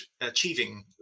achieving